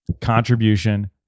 contribution